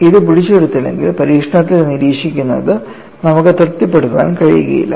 ഇത് പിടിച്ചെടുത്തില്ലെങ്കിൽ പരീക്ഷണത്തിൽ നിരീക്ഷിക്കുന്നത് നമുക്ക് തൃപ്തിപ്പെടുത്താൻ കഴിയില്ല